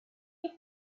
you